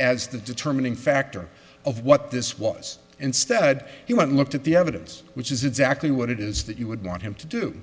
as the determining factor of what this was instead he went looked at the evidence which is exactly what it is that you would want him to do